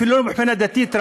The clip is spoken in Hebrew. אפילו מבחינה דתית.